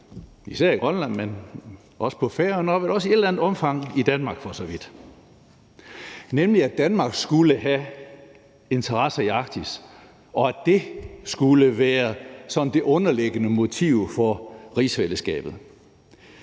især i Grønland, men også på Færøerne og vel i et eller andet omfang for så vidt også i Danmark, nemlig at Danmark skulle have interesser i Arktis, og at det skulle være sådan det underliggende motiv for rigsfællesskabet.